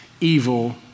evil